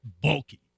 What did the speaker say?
bulky